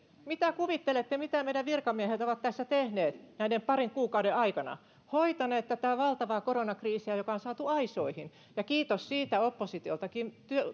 mitä kuvittelette että meidän virkamiehet ovat tässä tehneet näiden parin kuukauden aikana hoitaneet tätä valtavaa koronakriisiä joka on saatu aisoihin ja kiitos siitä että oppositioltakin on saatu